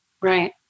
Right